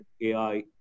AI